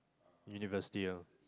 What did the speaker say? university ah